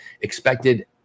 expected